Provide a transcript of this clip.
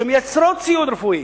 שמייצרות ציוד רפואי.